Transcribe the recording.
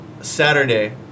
Saturday